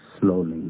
slowly